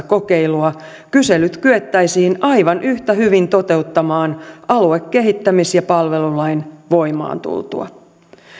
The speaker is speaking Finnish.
kokeilua kyselyt kyettäisiin aivan yhtä hyvin toteuttamaan aluekehittämis ja palvelulain voimaan tultua